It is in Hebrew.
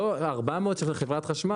לתקופה שלא תפחת משנה ממועד ההקלטה.